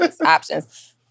options